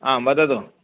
आं वदतु